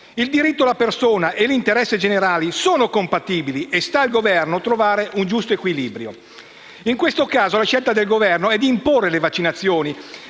Il diritto della persona e l'interesse generale sono compatibili e sta al Governo trovare un giusto equilibrio. In questo caso, la scelta del Governo è di imporre le vaccinazioni,